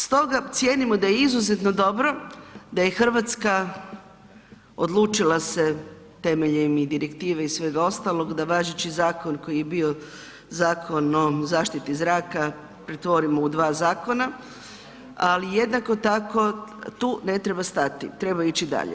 Stoga cijenimo da je izuzetno dobro da je Hrvatska odlučila se temeljem i direktive i svega ostaloga, da važeći zakon koji je bio Zakon o zaštiti zraka, pretvorimo u dva zakona ali jednako tako tu ne treba stati, treba ići dalje.